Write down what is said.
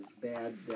bad